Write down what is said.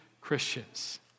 Christians